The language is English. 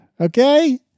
okay